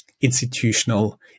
institutional